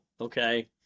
okay